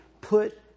put